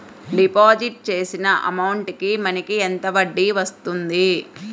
Deposit చేసిన amount కి మనకి ఎంత వడ్డీ వస్తుంది?